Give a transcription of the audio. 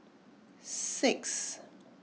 six